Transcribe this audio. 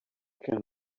can